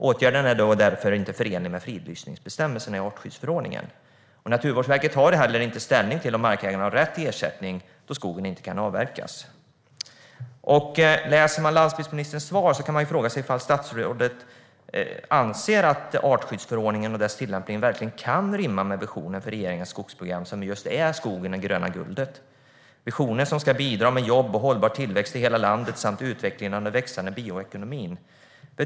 Åtgärderna är därför inte förenliga med fridlysningsbestämmelserna i artskyddsförordningen. Naturvårdsverket tar heller inte ställning till om markägaren har rätt till ersättning då skogen inte kan avverkas. När man lyssnar på landsbygdsministerns svar kan man fråga sig ifall statsrådet anser att artskyddsförordningen och dess tillämpning verkligen kan rimma med visionen för regeringens skogsprogram, som är just "Skogen - det gröna guldet" - en vision som ska bidra till jobb och hållbar tillväxt i hela landet samt till utvecklingen av en växande bioekonomi.